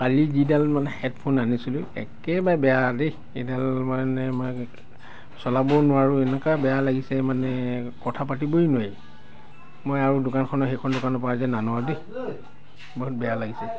কালি যিডাল মানে হেডফোন আনিছিলোঁ একেবাৰে বেয়া দেই এইডাল মানে মই চলাবও নোৱাৰোঁ এনেকুৱা বেয়া লাগিছে মানে কথা পাতিবই নোৱাৰি মই আৰু দোকানখনৰ সেইখন দোকানৰ পৰা যে নানো আৰু দেই বহুত বেয়া লাগিছে